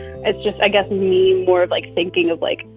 it's just, i guess, me more of, like, thinking of, like,